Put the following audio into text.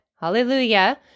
hallelujah